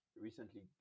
recently